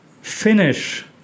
Finish